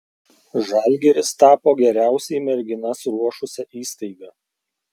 žalgiris tapo geriausiai merginas ruošusia įstaiga